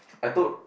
I told